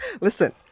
Listen